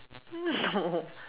no